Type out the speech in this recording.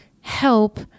help